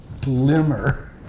glimmer